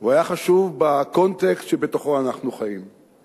הוא היה בקונטקסט שאנחנו חיים בתוכו.